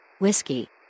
Whiskey